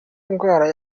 indwara